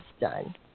done